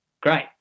great